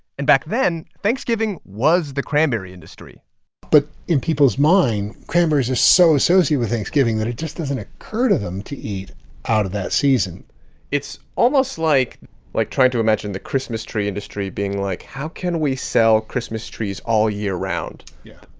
and back then, thanksgiving was the cranberry industry but in people's mind, cranberries are so associated with thanksgiving that it just doesn't occur to them to eat out of that season it's almost like like trying to imagine the christmas tree industry being like, how can we sell christmas trees all year round? yeah,